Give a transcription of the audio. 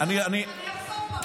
כשאני אחשוף את המקור,